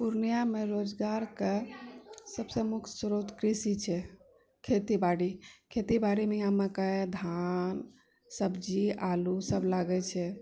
पूर्णियामे रोजगारके सबसँ मुख्य स्रोत कृषि छै खेती बाड़ी खेती बाड़ीमे यहाँ मकइ धान सब्जी आलू सब लागै छै